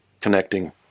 connecting